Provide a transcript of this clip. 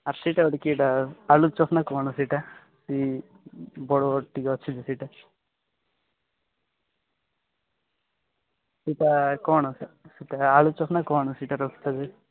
ସେଇଟା ବୋଲି କିଏଟା ଆଳୁଚପ୍ ନା କ'ଣ ସେଇଟା ସେଇଟା ବଡ଼ ଟିକେ ଅଛି ସେଇଟା ସେଇଟା କ'ଣ ସେଇଟା ଆଳୁଚପ୍ ସେଇଟା ନା କ'ଣ ସେଇଟା